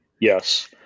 Yes